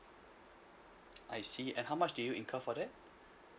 I see and how much did you incur for that